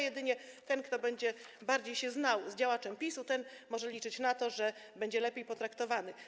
Jedynie ten, kto będzie lepiej się znał z działaczem PiS-u, może liczyć na to, że będzie lepiej potraktowany.